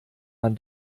man